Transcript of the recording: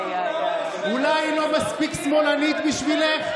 יושבים, אולי היא לא מספיק שמאלנית בשבילך?